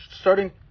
starting